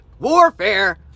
Warfare